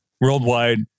worldwide